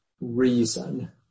reason